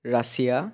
Russia